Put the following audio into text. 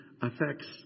affects